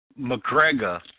McGregor